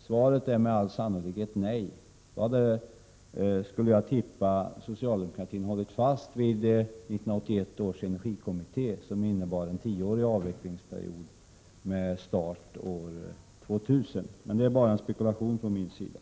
Svaret är med all sannolikhet nej — då hade socialdemokratin troligtvis hållit fast vid 1981 års energikommitté, som innebar en tioårig avvecklingsperiod med start år 2000. Detta är dock bara en spekulation från min sida.